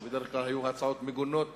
שבדרך כלל היו הצעות מגונות